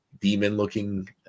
demon-looking